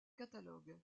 catalogue